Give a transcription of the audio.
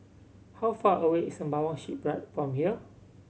how far away is Sembawang Shipyard from here